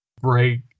break